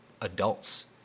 adults